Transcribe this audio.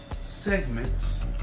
segments